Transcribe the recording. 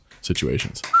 situations